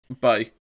Bye